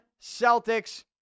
Celtics